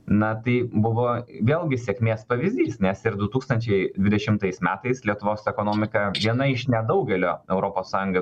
na tai buvo vėlgi sėkmės pavyzdys nes ir du tūkstančiai dvidešimtais metais lietuvos ekonomika viena iš nedaugelio europos sąjungos